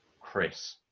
Chris